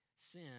Sin